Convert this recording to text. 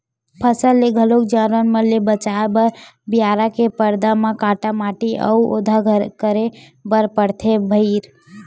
फसल ल घलोक जानवर मन ले बचाए बर बियारा के परदा म काटा माटी अउ ओधा करे बर परथे भइर